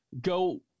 go